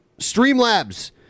Streamlabs